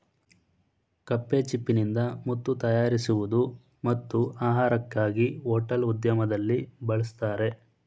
ಕಪ್ಪೆಚಿಪ್ಪಿನಿಂದ ಮುತ್ತು ತಯಾರಿಸುವುದು ಮತ್ತು ಆಹಾರಕ್ಕಾಗಿ ಹೋಟೆಲ್ ಉದ್ಯಮದಲ್ಲಿ ಬಳಸ್ತರೆ